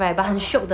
(uh huh)